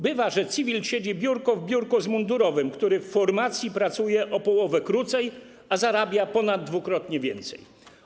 Bywa, że cywil siedzi biurko w biurko z mundurowym, który w formacji pracuje o połowę krócej, a zarabia ponad dwukrotnie więcej.